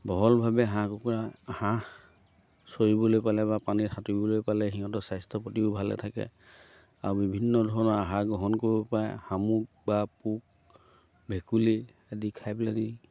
বহলভাৱে হাঁহ কুকুৰা হাঁহ চৰিবলৈ পালে বা পানীত সাঁতোৰিবলৈ পালে সিহঁতৰ স্বাস্থ্য পাতিও ভালে থাকে আৰু বিভিন্ন ধৰণৰ আহাৰ গ্ৰহণ কৰিব পাৰে শামুক বা পোক ভেকুলী আদি খাই পেলাহেনি